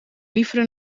liever